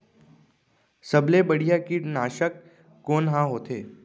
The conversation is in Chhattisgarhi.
सबले बढ़िया कीटनाशक कोन ह होथे?